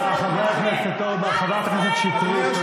תודה, חברת הכנסת שטרית.